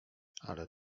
ale